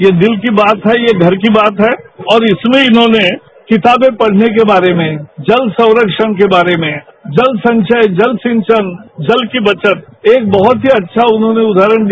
ये दिल की बात है ये घर की बात है और इसमें इन्होंने किताबें पढ़ने के बारे में जल संरक्षण के बारे में जल संचय जल सिंचन जल की बचत एक बहुत ही अच्छा उन्होंने उदाहरण दिया